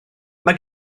mae